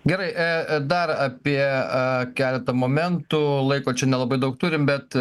gerai e dar apie keletą a momentų laiko čia nelabai daug turim bet